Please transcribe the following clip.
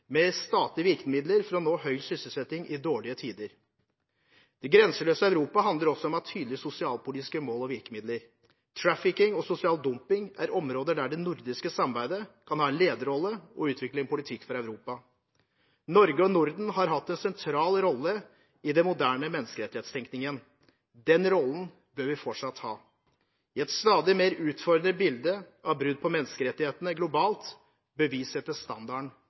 med statlige virkemidler for å nå høy sysselsetting i dårlige tider. Det grenseløse Europa handler også om å ha tydelige sosialpolitiske mål og virkemidler. Trafficking og sosial dumping er områder der det nordiske samarbeidet kan ha en lederrolle og utvikle en politikk for Europa. Norge og Norden har hatt en sentral rolle i den moderne menneskerettighetstenkningen. Den rollen bør vi fortsatt ha. I et stadig mer utfordrende bilde av brudd på menneskerettighetene globalt bør vi sette standarden